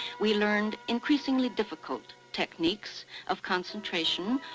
we learned increasingly difficult techniques of concentration,